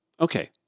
Okay